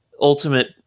ultimate